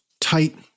tight